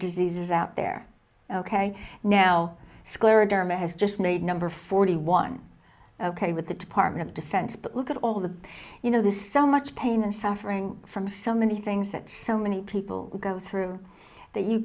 diseases out there ok now scleroderma has just made number forty one ok with the department of defense but look at all the you know there's so much pain and suffering from so many things that so many people go through that you